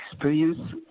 experience